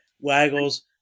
Waggles